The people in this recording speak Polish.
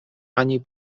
ani